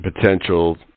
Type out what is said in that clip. potential